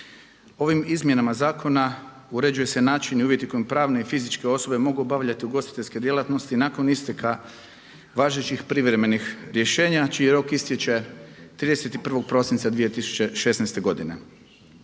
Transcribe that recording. Ovim izmjenama zakona uređuje se način i uvjeti kojim pravne i fizičke osobe mogu obavljati ugostiteljske djelatnosti nakon isteka važećih privremenih rješenja čiji rok istječe 31.12.2016. godine.